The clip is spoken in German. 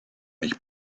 nicht